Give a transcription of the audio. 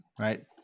right